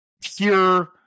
pure